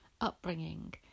upbringing